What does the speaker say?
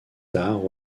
tard